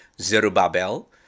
Zerubbabel